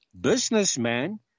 businessman